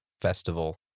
festival